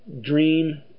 dream